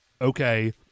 Okay